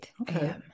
Okay